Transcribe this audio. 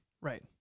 Right